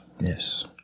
Yes